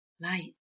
light